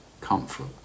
comfort